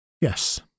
Yes